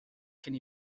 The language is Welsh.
cyn